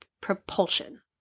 propulsion